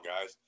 guys